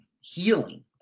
healing